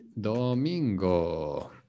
Domingo